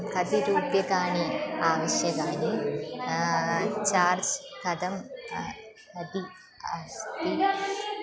कति रूप्यकाणि आवश्यकानि चार्ज् कथं कति अस्ति